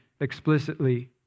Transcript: explicitly